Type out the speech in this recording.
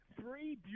three